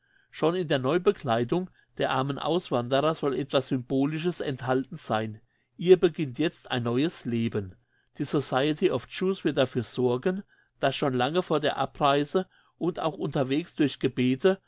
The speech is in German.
schon in der neubekleidung der armen auswanderer soll etwas symbolisches enthalten sein ihr beginnt jetzt ein neues leben die society of jews wird dafür sorgen dass schon lange vor der abreise und auch unterwegs durch gebete